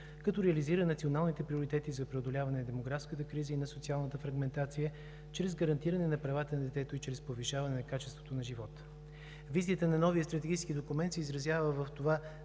като реализира националните приоритети за преодоляване на демографската криза и на социалната фрагментация чрез гарантиране на правата на детето, и чрез повишаване на качеството му на живот. Визията на новия стратегически документ се изразява в това